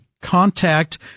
contact